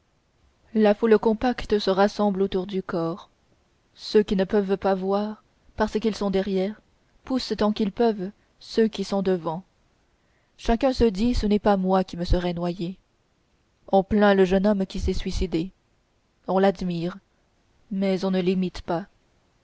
la foule compacte se rassemble autour du corps ceux qui ne peuvent pas voir parce qu'ils sont derrière poussent tant qu'ils peuvent ceux qui sont devant chacun se dit ce n'est pas moi qui me serais noyé on plaint le jeune homme qui s'est suicidé on l'admire mais on ne l'imite pas